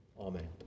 Amen